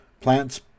plants